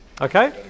okay